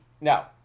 Now